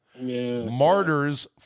Martyrs